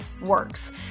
works